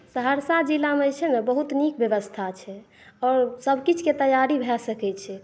सहरसा जिला मे जे छै ने बहुत नीक व्यवस्था छै और सबकिछु के तैयारी भए सकै छै